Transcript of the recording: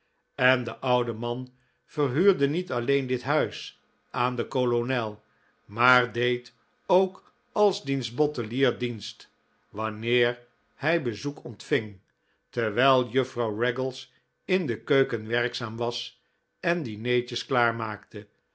en de oude man verhuurde niet alleen dit huis aan den kolonel maar deed ook als diens bottelier dienst wanneer hij bezoek ontving terwijl juffrouw raggles in de keuken werkzaam was en dineetjes klaarmaakte